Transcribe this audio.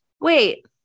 Wait